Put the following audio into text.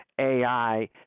AI